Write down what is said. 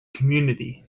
community